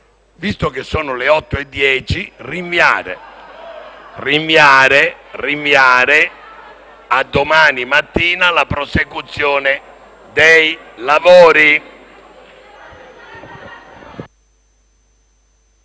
visto che sono le 20,10, rinviare a domani mattina la prosecuzione dei lavori.